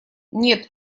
нет